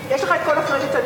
יש לך כל הקרדיט,